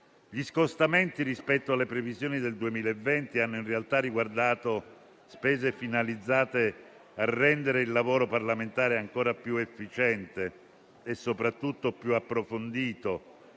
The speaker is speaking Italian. Gli scostamenti rispetto alle previsioni del 2020 hanno, in realtà, riguardato spese finalizzate a rendere il lavoro parlamentare ancora più efficiente e soprattutto più approfondito.